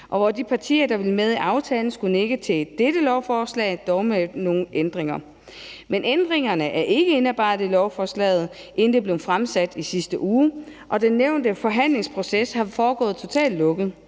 og de partier, der ville være med i aftalen, skulle nikke ja til dette lovforslag, dog med nogle ændringer. Men ændringerne er ikke blevet indarbejdet i lovforslaget, inden det blev fremsat i sidste uge, og den nævnte forhandlingsproces har foregået totalt lukket.